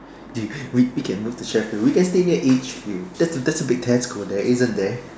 dude we can move to Sheffield we can stay there each few there's a there's a big tesco there isn't there